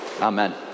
Amen